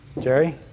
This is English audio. Jerry